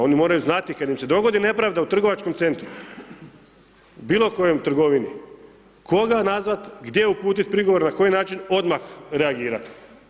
Oni moraju znati kad im se dogodi nepravda u trgovačkom centru, bilo kojoj trgovini, koga nazvati, gdje uputiti prigovor, na koji način odmah reagirati.